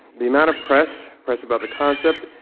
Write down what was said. the amount of press, press about the concept,